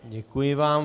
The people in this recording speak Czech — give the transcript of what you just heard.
Děkuji vám.